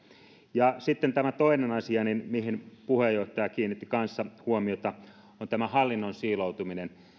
ja sitten toinen asia mihin puheenjohtaja kiinnitti kanssa huomiota on tämä hallinnon siiloutuminen